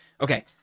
Okay